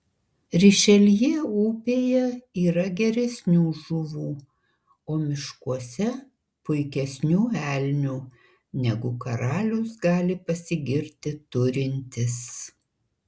rišeljė upėje yra geresnių žuvų o miškuose puikesnių elnių negu karalius gali pasigirti turintis